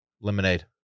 Lemonade